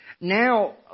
Now